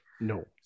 No